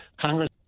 Congress